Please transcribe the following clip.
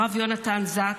הרב יונתן זקס,